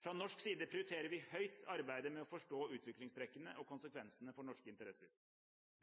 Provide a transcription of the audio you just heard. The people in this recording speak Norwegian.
Fra norsk side prioriterer vi høyt arbeidet med å forstå utviklingstrekkene og konsekvensene for norske interesser.